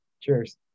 Cheers